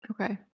Okay